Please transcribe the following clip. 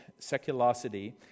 Seculosity